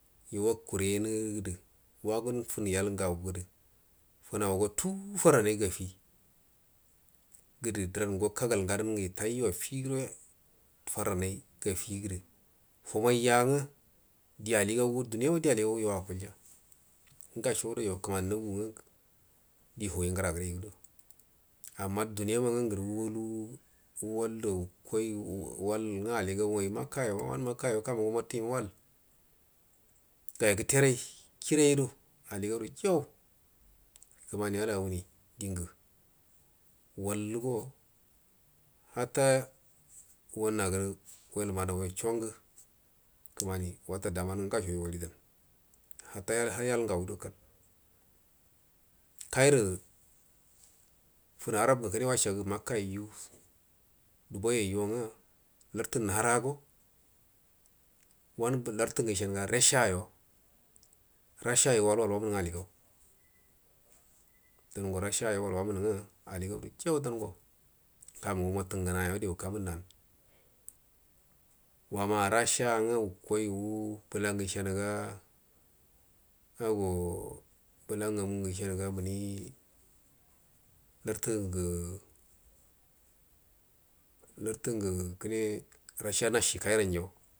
Wakurenədə wagon fənə yalngau gədə fənau ngadan itai afigədo farranai gafigədə humaiya ngə dialigaugə duniyama dialiga u gəyo akulja nga sogədo yo kəmani naga ngə hagai ngəra gəre yogədo amma duniya mangə ngəra gəre yogədo akoi ai makayo wanə makayoka mungə umatə yo wal gai gəterai kirei gədo aligau rəjau kəmani ala auni dingə wallugo hata wanagərə welə manau wasongə utada man nga ngaso waridan hata har yal ugando kal kaima fanu arab ugu kune washagu makkaiju dubai yayijo uga lantu narago wianu lartu ugu ishanuga rashayo rasha yo wanu waj wamunu uga aligan dango rasha yo wal wamunu nga aligauru jau dango kamuningu wumatu ngərayo di waka nunnan wama rasha nga wukoi wuu bəlangə ishannga ago bəta ugamu ugu ishanuga muni lartu nga-lartu ngu kune rasha nashi kairan jima.